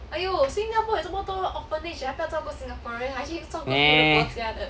meh